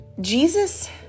Jesus